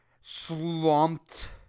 slumped